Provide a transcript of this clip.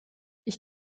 ich